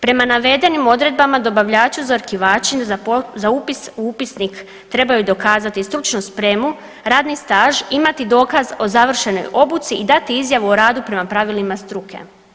Prema navedenim odredbama dobavljaču uzorkivači za upis u upisnik trebaju dokazati stručnu spremu, radni staž, imati dokaz o završenoj obuci i dati izjavu o radu prema pravilima struke.